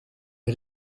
est